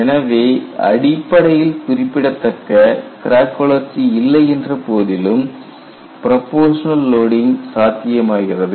எனவே அடிப்படையில் குறிப்பிடத்தக்க கிராக் வளர்ச்சி இல்லை என்ற போதிலும் ப்ரொபோஷனல் லோடிங் சாத்தியமாகிறது